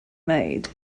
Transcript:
made